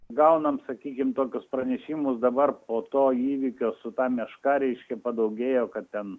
gaunam sakykime tokius pranešimus dabar po to įvykio su ta meška reiškia padaugėjo kad ten